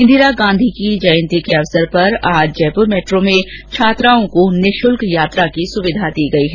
इंदिरा गांधी की जयंती के अवसर पर आज जयपुर मेट्रो में छात्राओं को निःशुल्क यात्रा की सुविधा दी गई है